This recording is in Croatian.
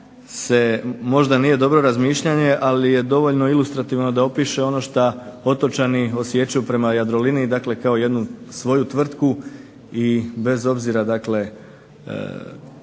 možda nije dobro razmišljanje, ali je dovoljno ilustrativno da opiše ono što otočani osjećaju prema Jadroliniji. Dakle, kao jednu svoju tvrtku i bez obzira dakle